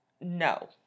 no